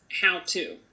how-to